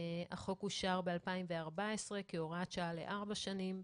החוק אושר ב-2014 כהוראת שעה לארבע שנים.